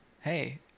Hey